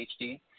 HD